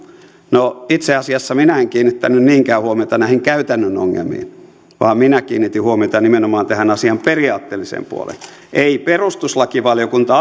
no itse asiassa minä en kiinnittänyt niinkään huomiota näihin käytännön ongelmiin vaan minä kiinnitin huomiota nimenomaan tähän asian periaatteelliseen puoleen ei perustuslakivaliokunta